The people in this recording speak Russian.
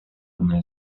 одной